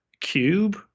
cube